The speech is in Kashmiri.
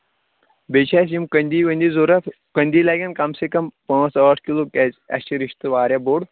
بیٚیہِ چھِ اَسہِ یِم کٔنٛدی ؤنٛدی ضروٗرت کٔنٛدی لگن کَم سے کَم پانٛژھ ٲٹھ کِلوٗ کیٛازِ اَسہِ چھِ رِشتہٕ واریاہ بوٚڈ